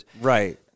Right